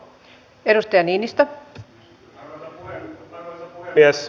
arvoisa puhemies